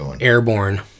airborne